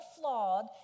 flawed